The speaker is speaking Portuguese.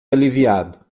aliviado